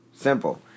Simple